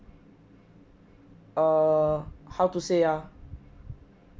err how to say ah